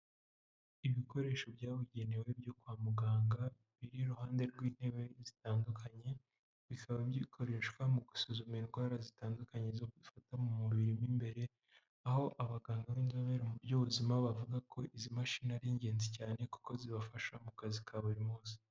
Ibikoresho byabugenewe byo kwa muganga biri iruhande rw'intebe zitandukanye bikaba bikoreshwa mu gusuzuma indwara zitandukanye zo gufata mu mubiri w'imbere aho abaganga b'inzobere mu by'ubuzima bavuga ko izi mashini ari ingenzi cyane kuko zibafasha mu kazi ka buri munsi.